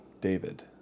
David